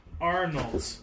Arnold